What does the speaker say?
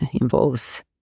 involves